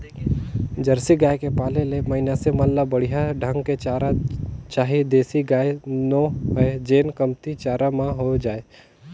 Jersey गाय के पाले ले मइनसे मन ल बड़िहा ढंग के चारा चाही देसी गाय नो हय जेन कमती चारा म हो जाय